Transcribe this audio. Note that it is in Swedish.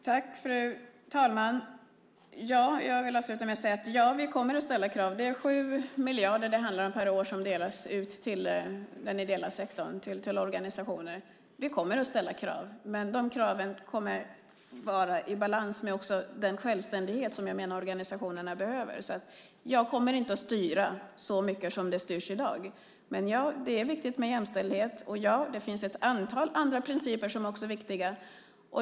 Fru talman! Jag vill avsluta med att säga så här: Ja, vi kommer att ställa krav. Det handlar om 7 miljarder per år som delas ut till den ideella sektorn, till organisationer. Vi kommer att ställa krav, men de kraven kommer att vara i balans med den självständighet som organisationerna behöver. Jag kommer inte att styra så mycket som det styrs i dag. Men: Ja, det är viktigt med jämställdhet. Och: Ja, det finns ett antal andra principer som också är viktiga.